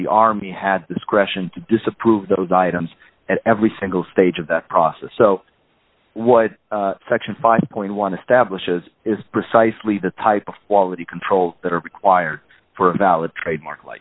the army had discretion to disapprove those items at every single stage of that process so what section five point one establishes is precisely the type of quality control that are required for a valid trademark like